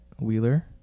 Wheeler